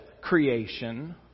creation